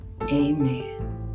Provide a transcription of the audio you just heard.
amen